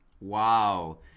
Wow